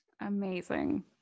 amazing